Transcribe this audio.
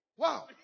Wow